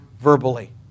verbally